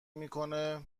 میکنه